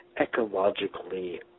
ecologically